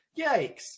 Yikes